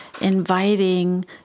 inviting